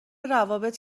روابط